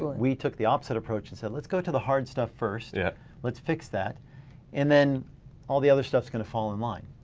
we took the opposite approach and said let's go to the hard stuff first. yeah let's fix that and then all the other stuff is gonna fall in line.